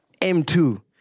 M2